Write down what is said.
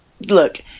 look